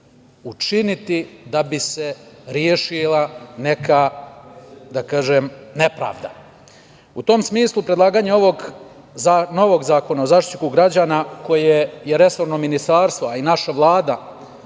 učiniti da bi se rešila neka nepravda. U tom smislu, predlaganje ovog novog zakona o Zaštitniku građana, koje je resorno ministarstvo, a i naša Vlada,